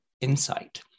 insight